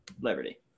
Liberty